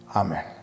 amen